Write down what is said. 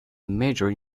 major